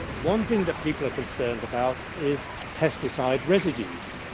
one thing that people are concerned about is pesticide residues.